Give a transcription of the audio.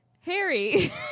Harry